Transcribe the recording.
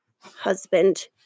husband